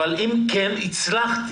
אבל אם כן הצלחתי.